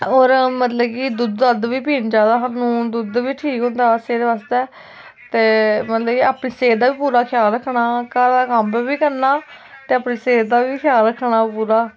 होर मतलब कि दुद्ध दद्ध बी पीना चाहिदा सानू दुद्ध बी ठीक होंदा सेह्त बास्तै ते मतलब कि अपनी सेह्त दा बी पूरा ख्याल रक्खना घरा दा कम्म बी करना ते अपनी सेह्त दा बी ख्याल रक्खना पूरा